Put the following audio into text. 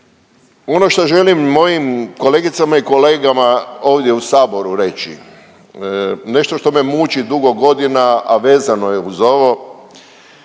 Ono šta želim mojim kolegicama i kolegama ovdje u Saboru reći, nešto što me muči dugo godina, a vezano je uz ovo,